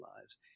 lives